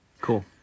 Cool